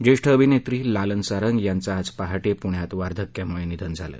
ज्येष्ठ अभिनेत्री लालन सारंग यांचं आज पहाटे पुण्यात वार्धक्यामुळे निधन झालं